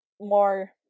more